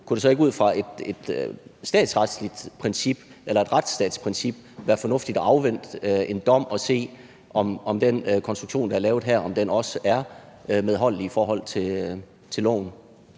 kunne det så ikke ud fra et retsstatsprincip være fornuftigt at afvente en dom for at se, om den konstruktion, der er lavet her, også er medholdelig i forhold til loven?